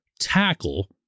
tackle